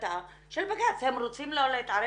הם רוצים לא להתערב,